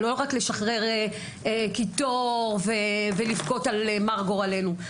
לא רק לשחרר קיטור ולבכות על מר גורלנו,